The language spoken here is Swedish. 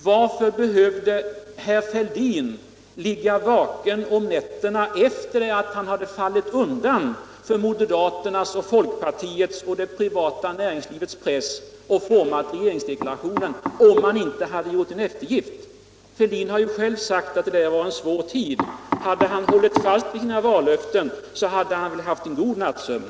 Varför behövde herr Fälldin ligga vaken om nätterna efter att han fallit undan för moderaternas, folkpartiets och det privata näringslivets press och format regeringsdeklarationen om han inte hade gjort en eftergift? Fälldin har själv sagt att det var en svår tid. Om han hade hållit fast vid sina vallöften hade han vil haft en god nattsömn.